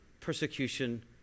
persecution